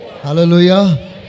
Hallelujah